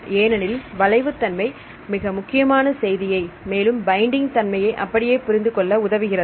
ஏனெனில் வளைவு தன்மை மிக முக்கியமான செய்தியை மேலும் பைண்டிங் தன்மை ஐ அப்படியே புரிந்து கொள்ள உதவுகிறது